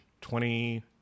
Twenty